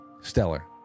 Stellar